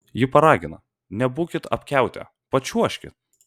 ji paragina nebūkit apkiautę pačiuožkit